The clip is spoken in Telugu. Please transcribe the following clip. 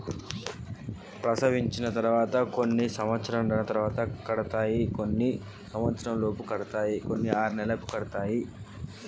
ప్రసవించిన తర్వాత మళ్ళీ ఎన్ని నెలలకు కడతాయి?